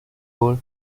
gol